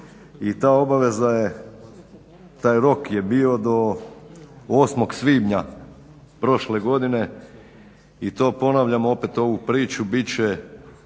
siromaštvo i taj rok je bio do 8.svibnja prošle godine i to ponavljam opet ovu priču bit će